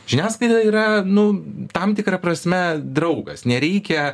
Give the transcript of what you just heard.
žiniasklaida yra nu tam tikra prasme draugas nereikia